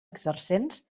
exercents